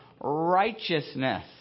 righteousness